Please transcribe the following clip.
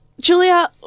Julia